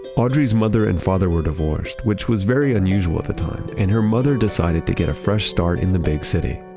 audrey's mother and father were divorced, which was very unusual at the time. and her mother decided to get a fresh start in the big city.